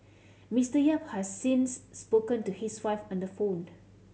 Mister Yap has since spoken to his wife on the phoned